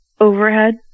overhead